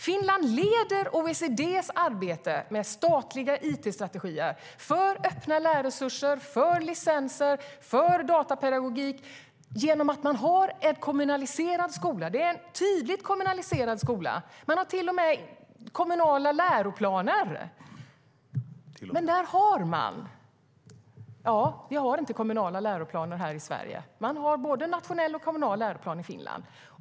Finland leder OECD:s arbete med statliga it-strategier, öppna lärarresurser, licenser och datapedagogik genom att de har en kommunaliserad skola. De har en tydligt kommunaliserad skola. De har till och med kommunala läroplaner. Vi har inte kommunala läroplaner i Sverige. I Finland har man både nationella och kommunala läroplaner.